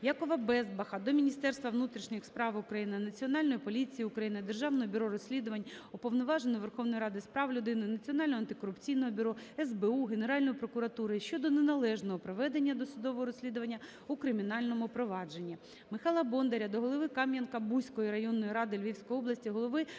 Якова Безбаха до Міністерства внутрішніх справ України, Національної поліції України, Державного бюро розслідувань, Уповноваженого Верховної Ради України з прав людини, Національного антикорупційного бюро, СБУ, Генеральної прокуратури щодо неналежного проведення досудового розслідування у кримінальному провадженні.